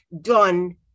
done